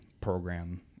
program